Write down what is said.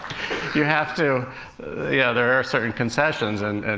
you have to yeah, there are certain concessions and, and